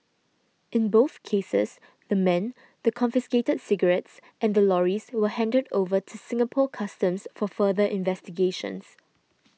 in both cases the men the confiscated cigarettes and the lorries were handed over to Singapore Customs for further investigations